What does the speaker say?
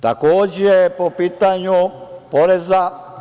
Takođe, po pitanju poreza.